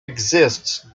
exists